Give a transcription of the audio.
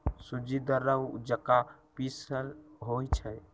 सूज़्ज़ी दर्रा जका पिसल होइ छइ